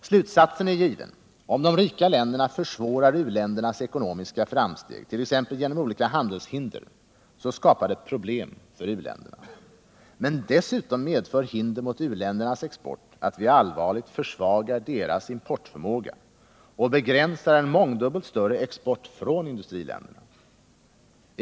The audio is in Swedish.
Slutsatsen är given: Om de rika länderna försvårar u-ländernas ekonomiska framsteg, t.ex. genom olika handelshinder, skapar det problem för u-länderna. Men dessutom medför hinder mot u-ländernas export att vi allvarligt försvagar deras importförmåga och begränsar en mångdubbelt större export från industriländerna.